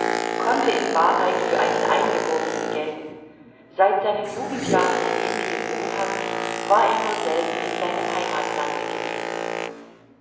konnte in wahrheit für einen eingeborenen gelten seit seinen jugendjahren in indien wohnhaft war er nur selten in seinem heimatlande gewesen